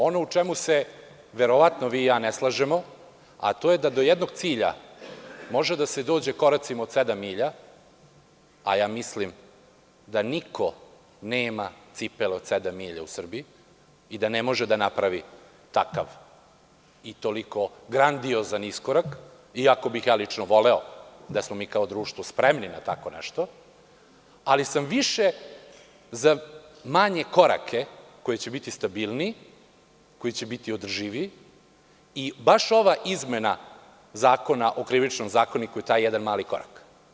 Ono u čemu se verovatno vi i ja ne slažemo, a to je da do jednog cilja može da se dođe koracima od sedam milja, a ja mislim da niko nema cipele od sedam milja u Srbiji i da ne može da napravi takav i toliko grandiozan iskorak, iako bih ja lično voleo da smo mi kao društvo spremni na tako nešto, ali sam više za manje korake koji će biti stabilniji, održiviji i baš ova izmena zakona o Krivičnom zakoniku je taj jedan mali korak.